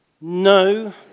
no